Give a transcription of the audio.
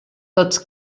tots